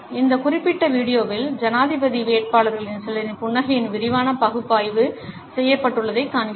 இந்த குறிப்பிட்ட வீடியோவில் ஜனாதிபதி வேட்பாளர்களில் சிலரின் புன்னகையின் விரிவான பகுப்பாய்வு செய்யப்பட்டுள்ளதைக் காண்கிறோம்